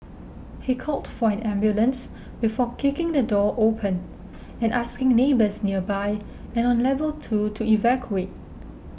he called for an ambulance before kicking the door open and asking neighbours nearby and on level two to evacuate